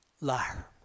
liar